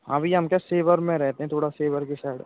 हाँ भैया हम तो सेवर में रहते हैं थोड़ा सेवर के साइड